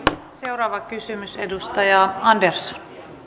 seuraava kysymys edustaja andersson